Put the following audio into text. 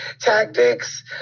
tactics